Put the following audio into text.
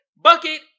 Bucket